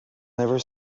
never